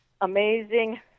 amazing